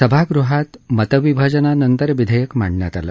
सभागृहात मतविभाजनानंतर विधेयक मांडण्यात आलं